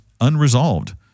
unresolved